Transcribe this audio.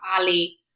Ali